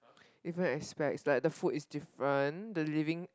different aspects like the food is different the living